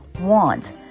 Want